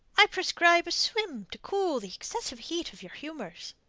i prescribe a swim to cool the excessive heat of your humours.